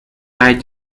right